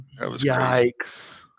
yikes